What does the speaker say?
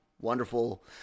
wonderful